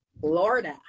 Florida